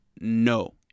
no